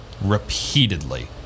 repeatedly